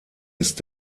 ist